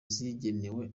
zigenewe